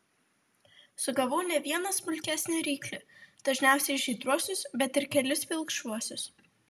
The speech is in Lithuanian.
sugavau ne vieną smulkesnį ryklį dažniausiai žydruosius bet ir kelis pilkšvuosius